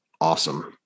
awesome